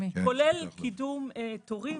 כולל קידום תורים,